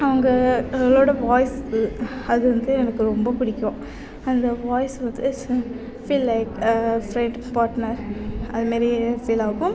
அவங்களோட வாய்ஸு அது வந்து எனக்கு ரொம்ப பிடிக்கும் அந்த வாய்ஸ் வந்து ஃபீல் லைக் ஃப்ரெண் பார்ட்னர் அது மாரி ஃபீல்லாகும்